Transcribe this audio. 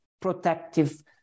protective